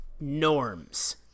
norms